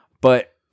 But-